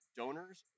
donors